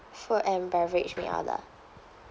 food and beverage make order